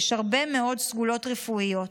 יש הרבה מאוד סגולות רפואיות.